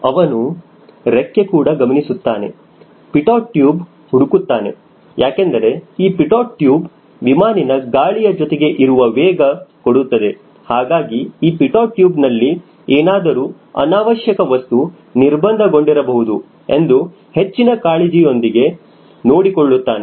ಅವನು ರೆಕ್ಕೆ ಕೂಡ ಗಮನಿಸುತ್ತಾನೆ ಪಿಟೌಟ್ ಟ್ಯೂಬ್ ಹುಡುಕುತ್ತಾನೆ ಯಾಕೆಂದರೆ ಈ ಪಿಟೌಟ್ ಟ್ಯೂಬ್ ವಿಮಾನನ ಗಾಳಿಯ ಜೊತೆಗೆ ಇರುವ ವೇಗ ಕೊಡುತ್ತದೆ ಹಾಗಾಗಿ ಈ ಪಿಟೌಟ್ ಟ್ಯೂಬ್ ನಲ್ಲಿ ಏನಾದರೂ ಅನಾವಶ್ಯಕ ವಸ್ತು ನಿರ್ಬಂಧ ಕೊಂಡಿರಬಹುದು ಎಂದು ಹೆಚ್ಚಿನ ಕಾಳಜಿಯೊಂದಿಗೆ ನೋಡಿಕೊಳ್ಳುತ್ತಾನೆ